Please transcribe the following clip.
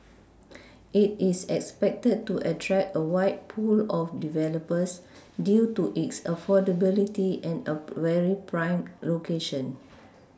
it is expected to attract a wide pool of developers due to its affordability and a very prime location